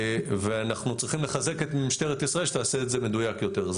ואנחנו צריכים לחזק את משטרת ישראל שתעשה את זה מדויק יותר.